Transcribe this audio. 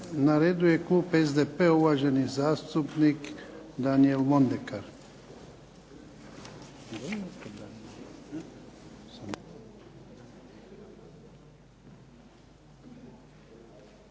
Na redu je klub SDP-a, uvaženi zastupnik Daniel Mondekar.